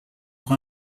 pour